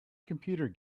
computer